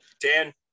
dan